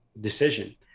decision